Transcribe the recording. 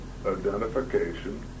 identification